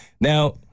Now